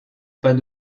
pas